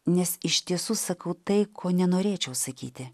nes iš tiesų sakau tai ko nenorėčiau sakyti